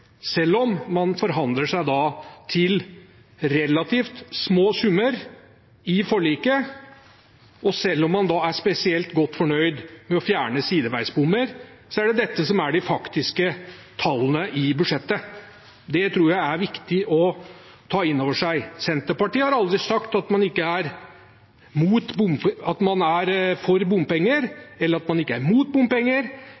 Selv om man forhandlet seg til relativt små summer i forliket, og selv om man er spesielt godt fornøyd med å fjerne sideveisbommer, er det dette som er de faktiske tallene i budsjettet. Det tror jeg er viktig å ta inn over seg. Senterpartiet har aldri sagt at man er for bompenger, eller at man ikke er